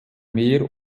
mehr